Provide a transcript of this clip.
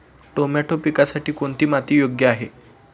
Tomato पिकासाठी कोणती माती योग्य आहे?